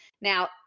Now